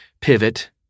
pivot